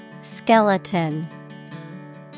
Skeleton